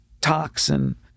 toxin